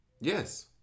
Yes